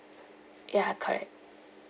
ya correct